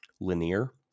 linear